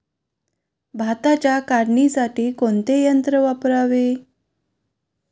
भाताच्या काढणीसाठी कोणते यंत्र वापरावे?